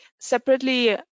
separately